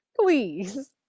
please